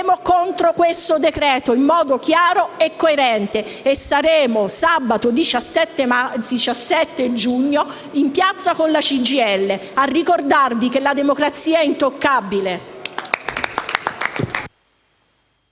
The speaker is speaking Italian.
voteremo contro questo decreto-legge in modo chiaro e coerente e sabato 17 giugno saremo in piazza con la CGIL, a ricordarvi che la democrazia è intoccabile.